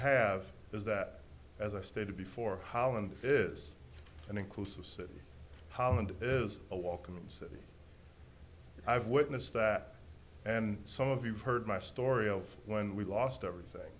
have is that as i stated before holland is an inclusive city holland is a welcoming city i've witnessed that and some of you have heard my story of when we lost everything